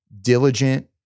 diligent